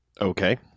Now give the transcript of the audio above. Okay